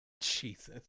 Jesus